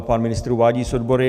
Pan ministr uvádí i s odbory.